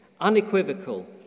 unequivocal